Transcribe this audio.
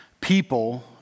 people